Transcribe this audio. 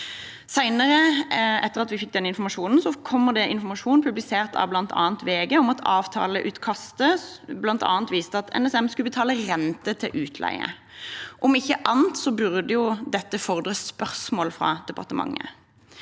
etter at vi fikk den informasjonen, kom det informasjon publisert av bl.a. VG om at avtaleutkastet bl.a. viste at NSM skulle betale renter til utleier. Om ikke annet burde dette fordre spørsmål fra departementet.